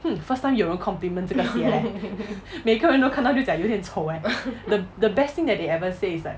hmm first time 有人 compliment 这个鞋 leh 每个人都看到就讲有点丑 eh the the best thing that they ever say is like